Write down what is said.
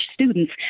students